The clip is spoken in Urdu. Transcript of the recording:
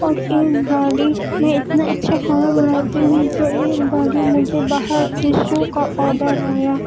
اور ایک بار ہی میں اتنا اچھا کھانا بنا لیتی ہوں کہ ایک بار بھی مجھے باہر سے شو کا آڈر آیا